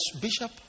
bishop